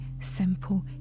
simple